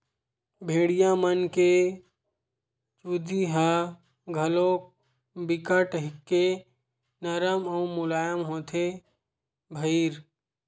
भेड़िया मन के चूदी ह घलोक बिकट के नरम अउ मुलायम होथे भईर